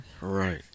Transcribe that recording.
Right